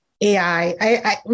AI